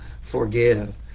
forgive